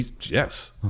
yes